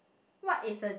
what is a